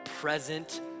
present